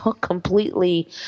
completely